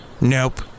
Nope